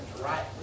right